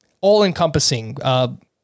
all-encompassing